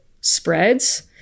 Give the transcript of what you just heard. spreads